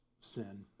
sin